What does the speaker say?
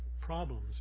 problems